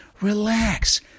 relax